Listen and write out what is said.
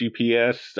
GPS